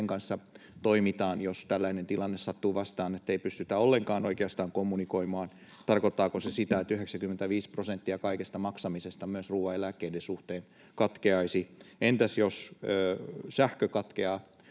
kanssa toimitaan, jos tällainen tilanne sattuu vastaan, ettei pystytä oikeastaan ollenkaan kommunikoimaan? Tarkoittaako se sitä, että 95 prosenttia kaikesta maksamisesta, myös ruoan ja eläkkeiden suhteen, katkeaisi? Entäs jos sähkö katkeaa,